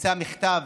יצא מכתב